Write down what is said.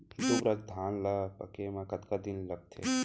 दुबराज धान ला पके मा कतका दिन लगथे?